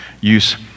use